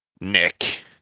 Nick